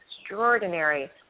extraordinary